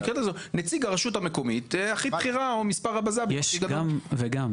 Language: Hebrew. תקראו לזה נציג הרשות המקומית הכי בכירה או מספר --- יש גם וגם.